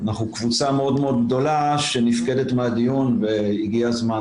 אנחנו קבוצה מאוד מאוד גדולה שנפקדת מהדיון והגיע הזמן